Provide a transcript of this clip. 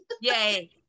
Yay